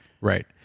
right